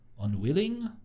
unwilling